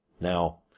Now